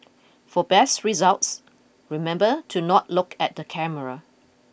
for best results remember to not look at the camera